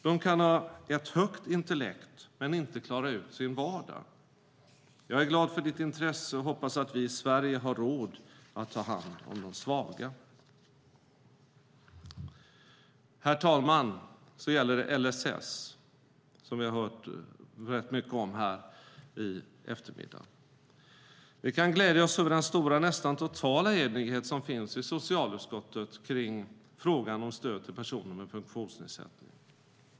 De kan ha ett högt intellekt men inte klara ut sin vardag. Jag är glad för ditt intresse och hoppas att vi i Sverige har råd att ta hand om de svaga." Herr talman! Så gäller det LSS som vi har hört rätt mycket om här i eftermiddag. Vi kan glädja oss över den stora, nästan totala enighet som finns i socialutskottet i frågan om stöd till personer med funktionsnedsättning.